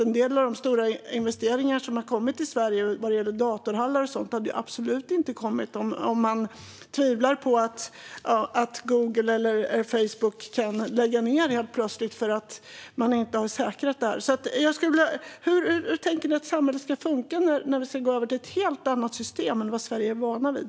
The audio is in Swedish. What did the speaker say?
En del av de stora investeringar som har kommit till Sverige i form av datorhallar och sådant hade absolut inte kommit om man befarat att exempelvis Google eller Facebook helt plötsligt kunde läggas ned för att man inte säkrat det här. Hur tänker ni att samhället ska funka när vi ska gå över till ett helt annat system än vad Sverige är vant vid?